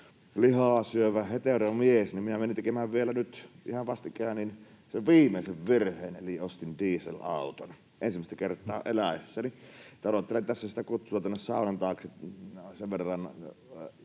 lihaa syövä heteromies, niin minä menin tekemään vielä nyt ihan vastikään sen viimeisen virheen eli ostin dieselauton ensimmäistä kertaa eläessäni. Että odottelen tässä sitä kutsua saunan taakse, sen verran